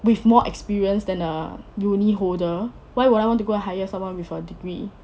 with more experience than a uni holder why would I want to go hire someone with a degree